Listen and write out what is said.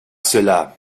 cela